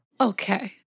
Okay